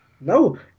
No